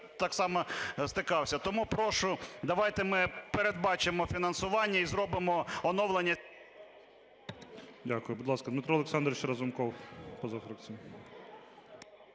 так само стикався. Тому прошу, давайте ми передбачимо фінансування і зробимо оновлення… ГОЛОВУЮЧИЙ. Дякую. Будь ласка, Дмитро Олександрович Разумков,